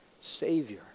Savior